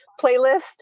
playlist